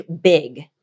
big